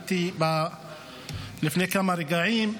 כשעליתי לפני כמה רגעים,